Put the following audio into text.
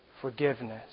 forgiveness